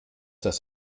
das